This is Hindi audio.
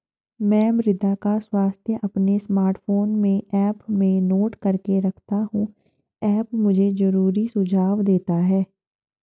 मैं मृदा का स्वास्थ्य अपने स्मार्टफोन में ऐप में नोट करके रखता हूं ऐप मुझे जरूरी सुझाव देता है